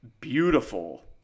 beautiful